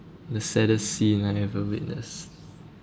the saddest scene I've ever witness